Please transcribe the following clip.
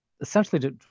essentially